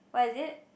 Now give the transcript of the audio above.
what is it